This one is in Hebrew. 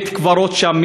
בית-הקברות שם,